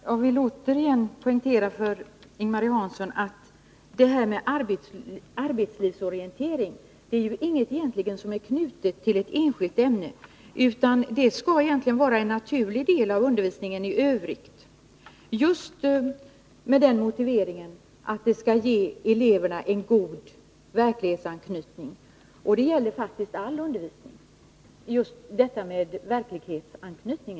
Herr talman! Jag vill återigen poängtera för Ing-Marie Hansson att arbetslivsorientering inte är knutet till ett enskilt ämne. Det skall egentligen vara en naturlig del av undervisningen i övrigt, just med den motiveringen att elevernas utbildning skall ha en god verklighetsanknytning. Det gäller faktiskt all undervisning.